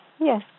yes